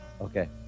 Okay